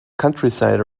countryside